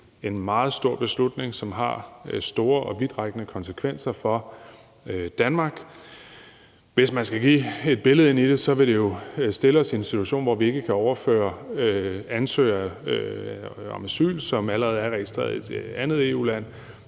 en meget stor beslutning, som har store og vidtrækkende konsekvenser for Danmark. Hvis man skal give et billede af det, vil det jo stille os i en situation, hvor vi ikke kan overføre asylansøgere, som allerede er registreret i et andet EU-land,